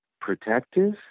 protective